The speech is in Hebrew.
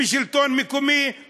משלטון מקומי,